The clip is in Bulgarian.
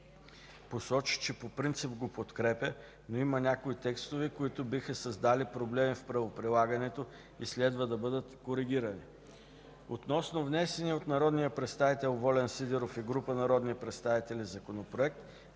посочи, че по принцип го подкрепя, но има някои текстове, които биха създали проблеми в правоприлагането и следва да бъдат коригирани. Относно внесения от народния представител Волен Сидеров и група народни представители Законопроект,